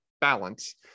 balance